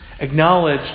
acknowledge